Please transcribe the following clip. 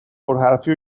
پرحرفی